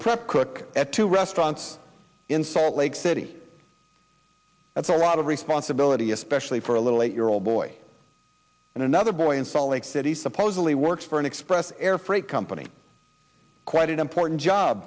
prep cook at two restaurants in salt lake city that's a lot of responsibility especially for a little eight year old boy and another boy in salt lake city supposedly works for an express air freight company quite an important job